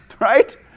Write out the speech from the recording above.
Right